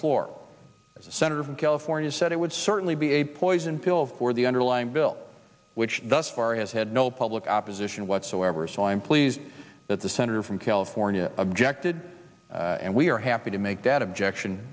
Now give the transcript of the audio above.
a senator from california said it would certainly be a poison pill for the underlying bill which thus far has had no public opposition whatsoever so i am pleased that the senator from california objected and we are happy to make that objection